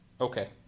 Okay